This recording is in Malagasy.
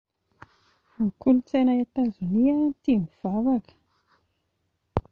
Ny kolotsaina Etazonia tia mivavaka